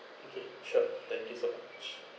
okay sure thank you so much